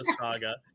saga